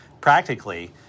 practically